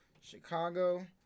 Chicago